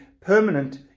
permanent